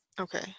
Okay